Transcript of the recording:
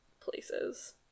places